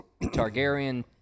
Targaryen